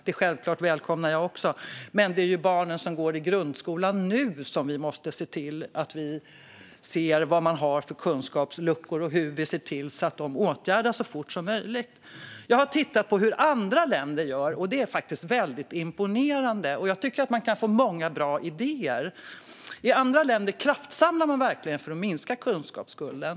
Det välkomnar jag självklart också, men det är ju bland barnen som går i grundskolan nu som vi måste se vad det finns för kunskapsluckor - och hur vi åtgärdar dem så fort som möjligt. Jag har tittat på hur andra länder gör, och det är väldigt imponerande. Jag tycker att man kan få många bra idéer. I andra länder kraftsamlar man verkligen för att minska kunskapsskulden.